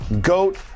goat